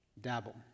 Dabble